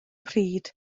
pryd